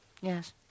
yes